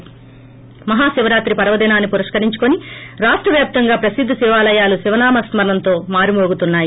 ి మహాశివరాత్రి పర్వదినాన్సి పురస్కరించుకుని రాష్ట వ్యాప్తంగా ప్రసిద్ద శివాలయాలు శివనామస్మ రణతో మారుమ్రోగుతున్నాయి